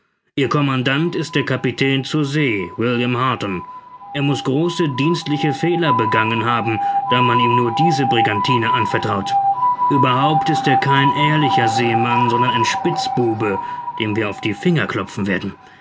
ihr kommandant ist der kapitän zur see william harton er muß große dienstliche fehler begangen haben da man ihm nur diese brigantine anvertraut ueberhaupt ist er kein ehrlicher seemann sondern ein spitzbube dem wir auf die finger klopfen werden